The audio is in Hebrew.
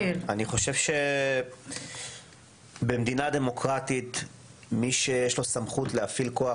אני חושב שבמדינה דמוקרטית מי שיש לו סמכות להפעיל כוח